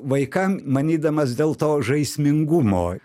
vaikam manydamas dėl to žaismingumo